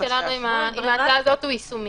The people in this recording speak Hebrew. הקושי שלנו עם ההצעה הזאת הוא יישומי.